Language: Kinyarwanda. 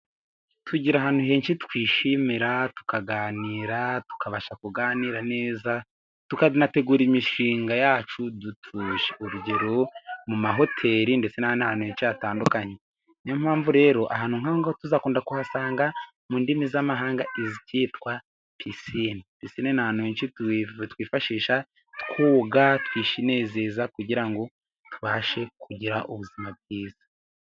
Tugira ahantu henshi twishimira tukaganira tukabasha kuganira neza, tukanategura imishinga yacu dutuje urugero mu mahoteli ndetse n'ahantu henshi hatandukanye. Niyo mpamvu rero ahantu nk'aho tuzakunda kuhasanga mu ndimi z'amahanga hitwa pisine twifashisha twoga twinezeza kugira ngo tubashe kugira ubuzima bwiza.